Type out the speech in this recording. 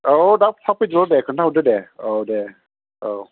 औ दा थाब फैदोल' दे खोन्था हरदो दे औ दे औ